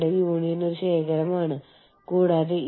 അന്താരാഷ്ട്ര സംയുക്ത സംരംഭങ്ങളാണ് മറ്റൊന്ന്